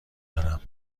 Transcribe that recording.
دارم